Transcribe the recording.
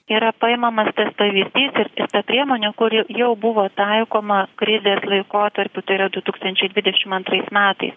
yra paimamas tas pavyzdys ir tik ta priemonė kuri jau buvo taikoma krizės laikotarpiu tai yra du tūkstančiai dvidešim antrais metais